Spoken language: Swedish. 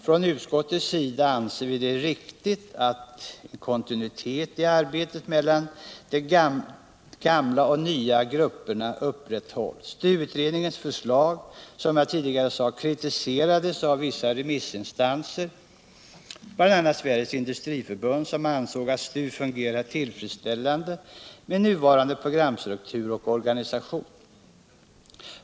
Från utskottsmajoritetens sida anser vi att det är riktigt att en kontinuitet i arbetet mellan de gamla och nya grupperna upprätthålls. STU-utredningens förslag kritiserades, som jag tidigare sade, av vissa remissinstanser, bl.a. Sveriges industriförbund, som ansåg att STU fungerar tillfredsställande med nuvarande programstruktur och organisation.